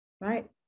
right